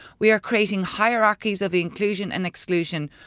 we are creating hierarchies of inclusion and exclusion,